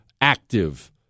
active